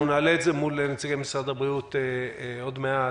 אנחנו נעלה את זה מול נציגי משרד הבריאות עוד מעט.